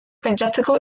pentsatzeko